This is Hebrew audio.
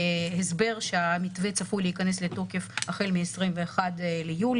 הסבר שהמתווה צפוי להיכנס לתוקף החל מ-21 ביולי.